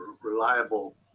reliable